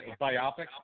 biopic